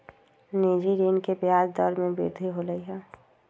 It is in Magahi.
निजी ऋण के ब्याज दर में वृद्धि होलय है